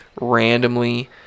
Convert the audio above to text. randomly